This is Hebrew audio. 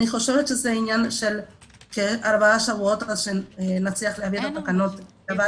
אני חושבת שזה עניין של ארבעה שבועות עד שנצליח להביא את זה לוועדה.